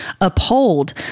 uphold